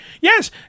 Yes